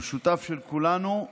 המשותף לכולנו,